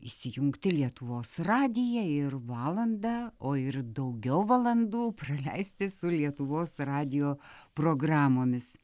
įsijungti lietuvos radiją ir valandą o ir daugiau valandų praleisti su lietuvos radijo programomis